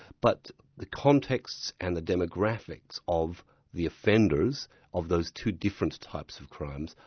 but the contexts and the demographics of the offenders of those two different types of crimes,